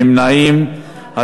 בעד, 38, נגד, 17, אין נמנעים.